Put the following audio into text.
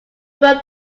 more